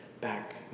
back